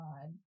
God